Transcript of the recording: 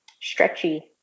stretchy